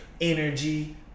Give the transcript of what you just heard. Energy